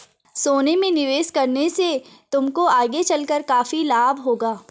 सोने में निवेश करने से तुमको आगे चलकर काफी लाभ होगा